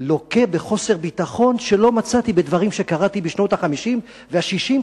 לוקה בחוסר ביטחון שלא מצאתי בדברים שקראתי בשנות ה-50 וה-60,